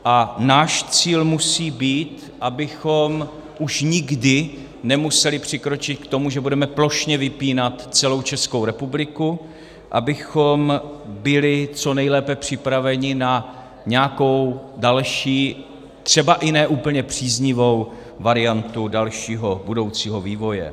A náš cíl musí být, abychom už nikdy nemuseli přikročit k tomu, že budeme plošně vypínat celou Českou republiku, abychom byli co nejlépe připraveni na nějakou další, třeba i ne úplně příznivou variantu dalšího, budoucího vývoje.